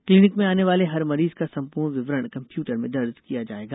clinic में आने वाले हर मरीज का संपूर्ण विवरण कंम्प्यूटर में दर्ज किया जाएगा